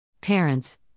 Parents